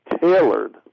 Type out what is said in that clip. tailored